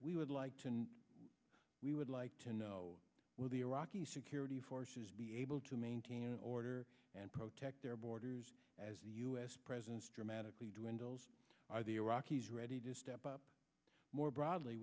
we would like to and we would like to know will the iraqi security forces be able to maintain order and protest their borders as the u s presence dramatically dwindles are the iraqis ready to step up more broadly